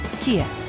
Kia